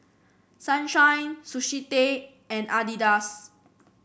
Sunshine Sushi Tei and Adidas